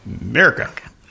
America